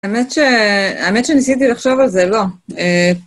האמת שניסיתי לחשוב על זה, לא.